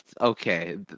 okay